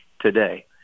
today